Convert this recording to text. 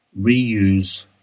reuse